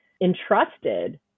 entrusted